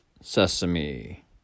Sesame